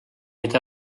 neid